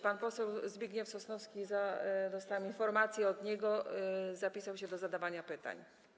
Pan poseł Zbigniew Sosnowski, dostałam informację od niego, zapisał się do zadawania pytań.